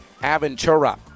Aventura